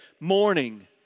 morning